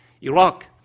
Iraq